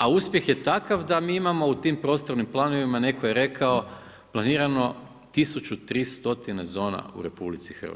A uspjeh je takav da mi imamo u tim prostornim planovima netko je rekao planirano 1300 zona u RH,